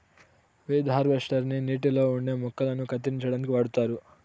weed harvester ని నీటిలో ఉండే మొక్కలను కత్తిరించడానికి వాడుతారు